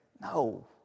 No